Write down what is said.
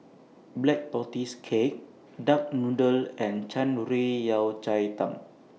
Black Tortoise Cake Duck Noodle and Shan Rui Yao Cai Tang